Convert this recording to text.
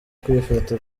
kwifata